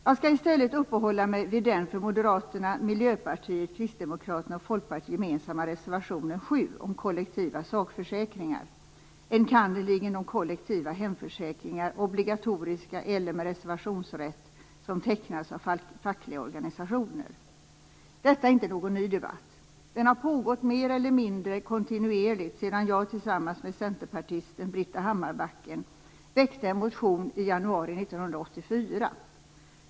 Jag skall i stället uppehålla mig vid den för Moderaterna, Miljöpartiet, Kristdemokraterna och Folkpartiet gemensamma reservationen 7 om kollektiva sakförsäkringar, enkannerligen de kollektiva hemförsäkringar, obligatoriska eller med reservationsrätt, som tecknas av fackliga organisationer. Detta är inte någon ny debatt. Den har pågått mer eller mindre kontinuerligt sedan jag tillsammans med centerpartisten Britta Hammarbacken väckte en motion i januari 1984.